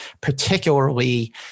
particularly